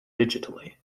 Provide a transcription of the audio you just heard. digitally